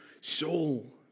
soul